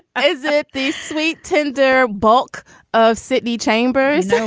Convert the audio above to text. is it this sweet, tender bulk of city chamber? so